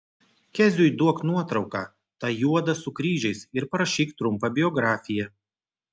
keziui duok nuotrauką tą juodą su kryžiais ir parašyk trumpą biografiją